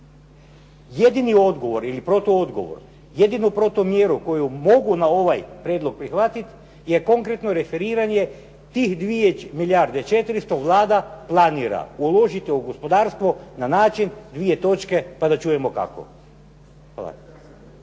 Jedni odgovor ili protuodgovor, jedinu protumjeru koju mogu na ovaj prijedlog prihvatiti je konkretno referiranje tih 2 milijarde 400 Vlada planira uložiti u gospodarstvo na način: pa da čujemo kako.